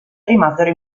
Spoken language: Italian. rimasero